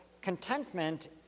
contentment